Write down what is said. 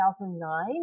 2009